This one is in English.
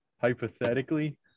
Hypothetically